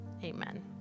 Amen